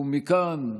מכאן,